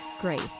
Grace